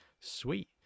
Sweet